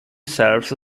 serves